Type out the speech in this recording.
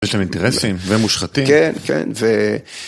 יש להם אינטרסים, והם מושחתים.